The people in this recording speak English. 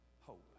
Hope